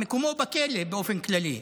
מקומו בכלא באופן כללי.